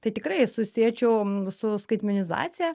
tai tikrai susiečiau su skaitmenizacija